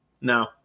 no